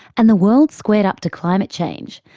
and the world squared up to climate change,